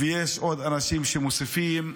ויש עוד אנשים שמוסיפים,